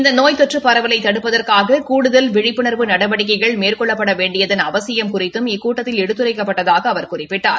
இந்த நோய் தொற்று பரவலை தடுப்பதற்காக கூடுதல் விழிப்புணர்வு நடவடிக்ககைள் மேற்கொள்ளப்பட்ட வேண்டியதன் அவசியம் குறித்தும் இக்கூட்டத்தில் எடுத்துரைக்ககப்பட்டதாக அவர் குறிப்பிட்டார்